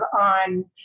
on